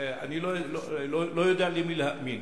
אני לא יודע למי להאמין: